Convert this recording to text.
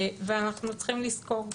ואנחנו צריכים לזכור,